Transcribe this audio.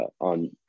on